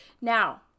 Now